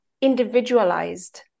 individualized